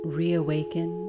reawaken